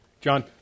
John